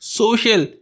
social